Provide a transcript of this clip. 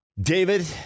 David